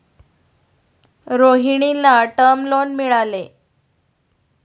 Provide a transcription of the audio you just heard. रोहिणीला term loan मिळाले